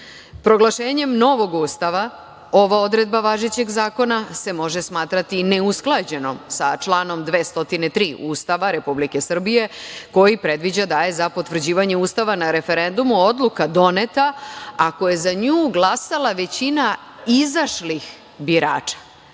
godine. Proglašenjem novog Ustava, ova odredba važećeg zakona se može smatrati neusklađenom sa članom 203. Ustava Republike Srbije, koji predviđa da je za potvrđivanje Ustava na referendumu odluka doneta ako je za nju glasala većina izašlih birača.